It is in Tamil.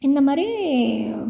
இந்த மாதிரி